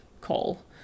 call